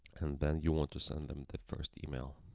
and then you want to send them the first email